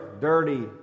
dirty